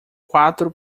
quatro